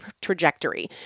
trajectory